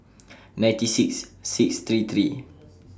ninety six six three three